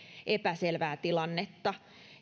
epäselvää tilannetta